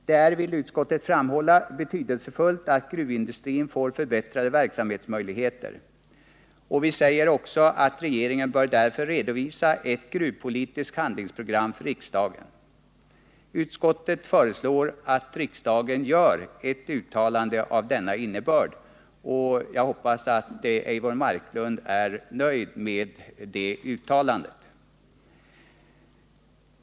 Det är, vill utskottet framhålla, betydelsefullt att gruvindustrin får förbättrade verksamhetsmöjligheter. Utskottet säger också att regeringen därför bör redovisa ett gruvpolitiskt handlingsprogram för riksdagen. Utskottet föreslår att riksdagen gör ett uttalande av denna innebörd, och jag hoppas att Eivor Marklund är nöjd med det uttalandet.